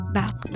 back